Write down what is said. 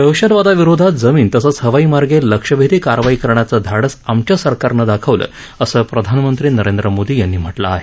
दहशतवादाविरोधात जमीन तसंच हवाई मार्गे लक्ष्यभेदी कारवाई करण्याचं धाडस आमच्या सरकारनं दाखवलं असं प्रधानमंत्री नरेंद्र मोदी यांनी म्हटलं आहे